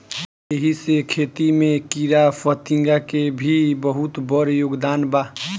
एही से खेती में कीड़ाफतिंगा के भी बहुत बड़ योगदान बा